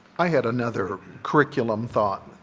i had another curriculum thought.